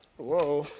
whoa